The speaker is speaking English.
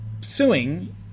suing